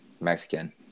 Mexican